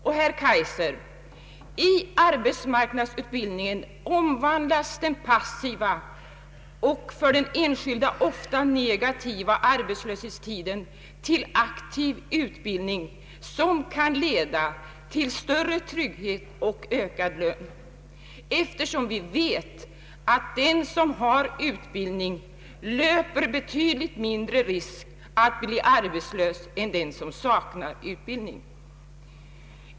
Och, herr Kaijser, i arbetsmarknadsutbildningen omvandlas den passiva och för den en skilde ofta negativa arbetslöshetstiden till aktiv utbildning, som kan leda till större trygghet och ökad lön, eftersom vi vet att den som har utbildning löper betydligt mindre risk att bli arbetslös än den som saknar utbildning.